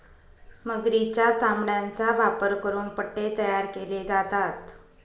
मगरीच्या चामड्याचा वापर करून पट्टे तयार केले जातात